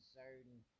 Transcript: certain